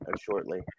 shortly